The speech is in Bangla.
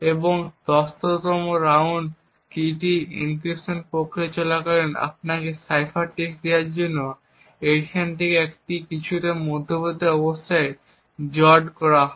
এবং এই 10 তম রাউন্ড কীটি এনক্রিপশন প্রক্রিয়া চলাকালীন আপনাকে সাইফার টেক্সট দেওয়ার জন্য এটি থেকে প্রাপ্ত কিছু মধ্যবর্তী অবস্থার সাথে জর্ড করা হয়